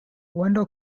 wendell